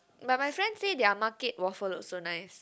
but my friend say their market waffle also nice